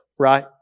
right